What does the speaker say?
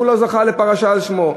הוא לא זכה לפרשה על שמו.